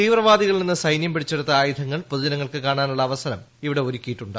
തീവ്രവാദികളിൽ നിന്ന് സൈന്യം പിടിച്ചെടുത്ത ആയുധങ്ങൾ പൊതുജനങ്ങൾക്ക് കാണാനുള്ള അവസരം ഇവിടെ ഒരുക്കിയിട്ടുണ്ട്